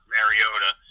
Mariota